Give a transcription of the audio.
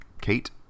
Kate